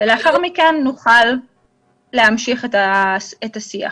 ולאחר מכן נוכל להמשיך את השיח.